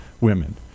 women